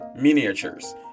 miniatures